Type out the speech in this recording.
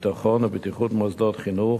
ביטחון ובטיחות מוסדות חינוך,